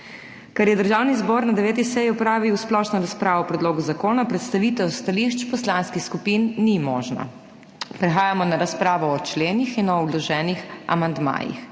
Ker je Državni zbor na 9. seji opravil splošno razpravo o predlogu zakona, predstavitev stališč poslanskih skupin ni možna. Prehajamo na razpravo o členih in o vloženih amandmajih.